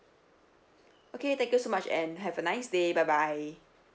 okay thank you so much and have a nice day bye bye